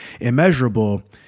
immeasurable